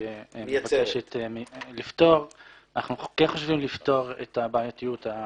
אנחנו אנשי מקצוע.